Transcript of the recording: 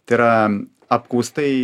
tai yra apkaustai